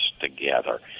together